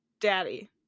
daddy